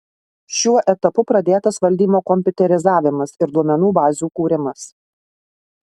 šiuo etapu pradėtas valdymo kompiuterizavimas ir duomenų bazių kūrimas